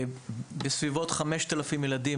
היום לומדים כ-5,000 ילדים,